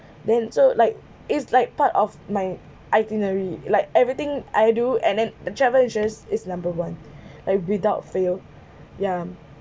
then so like is like part of my itinerary like everything I do and then the travel insurance is number one and without fail yeah